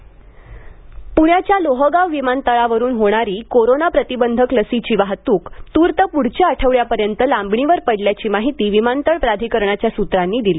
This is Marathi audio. प्ण्याच्या लोहगाव विमानतळावरून होणारी कोरोना प्रतिबंधक लसीची वाहतूक तूर्त प्ढच्या आठवड्यापर्यंत लांबणीवर पडल्याची माहिती विमानतळ प्राधिकरणाच्या सूत्रांनी दिली